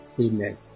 Amen